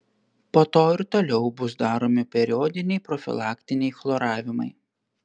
po to ir toliau bus daromi periodiniai profilaktiniai chloravimai